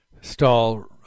stall